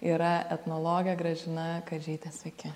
yra etnologė gražina kadžytė sveiki